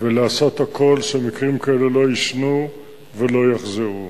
ולעשות הכול שמקרים כאלה לא יישנו ולא יחזרו.